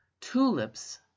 Tulips